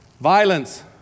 Violence